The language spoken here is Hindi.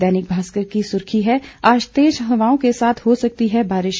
दैनिक भाषकर की सुर्खी है आज तेज हवाओं के साथ हो सकती है बारिश